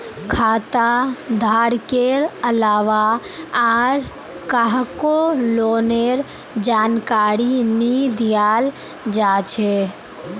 खाता धारकेर अलावा आर काहको लोनेर जानकारी नी दियाल जा छे